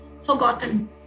forgotten